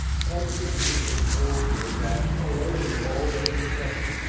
some intuition told her that, alone of all the women present,